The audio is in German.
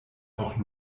auch